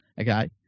Okay